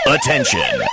Attention